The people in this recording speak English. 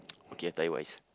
okay I tell you what is